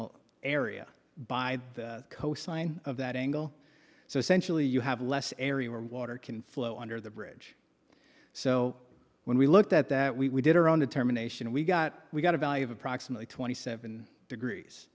al area by co sign of that angle so essentially you have less area where water can flow under the bridge so when we looked at that we did our own determination we got we got a value of approximately twenty seven degrees